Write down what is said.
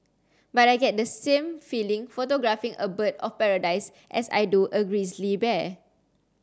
but I get the same feeling photographing a bird of paradise as I do a grizzly bear